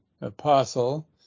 apostle